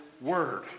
word